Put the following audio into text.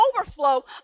overflow